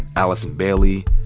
allison bailey,